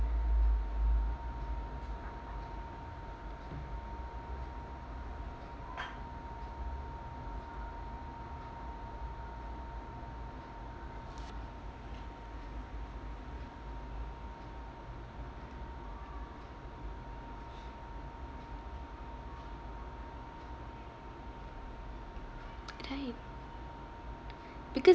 right because